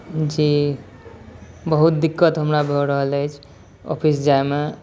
जी बहुत दिक्कत हमरा भऽ रहल अछि ऑफिस जाइमे